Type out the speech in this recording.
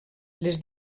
les